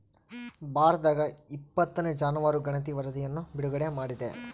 ಭಾರತದಾಗಇಪ್ಪತ್ತನೇ ಜಾನುವಾರು ಗಣತಿ ವರಧಿಯನ್ನು ಬಿಡುಗಡೆ ಮಾಡಿದೆ